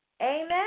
amen